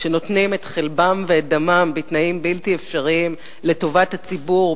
שנותנים את חלבם ואת דמם בתנאים בלתי אפשריים לטובת הציבור,